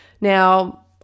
Now